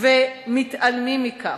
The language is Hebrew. ומתעלמים מכך.